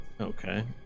Okay